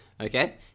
Okay